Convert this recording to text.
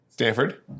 Stanford